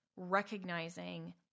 recognizing